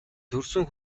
төрсөн